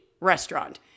restaurant –